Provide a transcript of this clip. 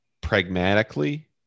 pragmatically